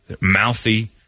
Mouthy